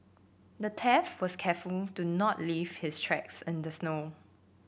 the thief was careful to not leave his tracks in the snow